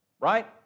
right